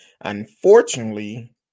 Unfortunately